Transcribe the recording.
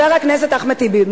חבר הכנסת אחמד טיבי,